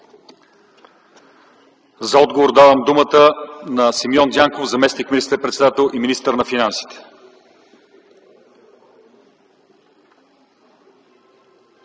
За отговор давам думата на Симеон Дянков - заместник министър-председател и министър на финансите.